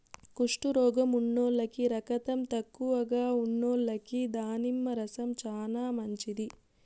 కుష్టు రోగం ఉన్నోల్లకి, రకతం తక్కువగా ఉన్నోల్లకి దానిమ్మ రసం చానా మంచిది